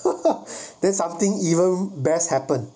then something even best happen